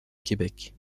québec